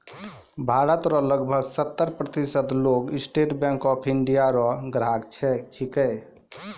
भारत रो लगभग सत्तर प्रतिशत लोग स्टेट बैंक ऑफ इंडिया रो ग्राहक छिकै